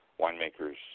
winemakers